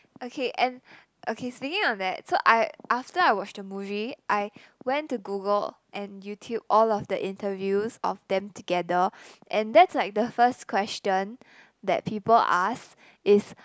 okay and okay speaking of that so I after I watch the movie I went to Google and YouTube all of the interviews of them together and that's like the first question that people ask is